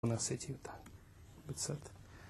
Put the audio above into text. ונעשה את זה יותר, בצד.